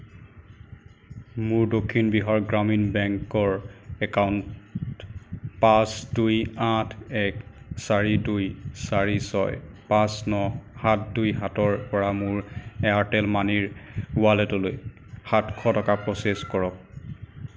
মোৰ দক্ষিণ বিহাৰ গ্ৰামীণ বেংকৰ একাউণ্ট পাঁচ দুই আঠ এক চাৰি দুই চাৰি ছয় পাঁচ ন সাত দুই সাতৰ পৰা মোৰ এয়াৰটেল মানিৰ ৱালেটলৈ সাতশ টকা প্ৰচেছ কৰক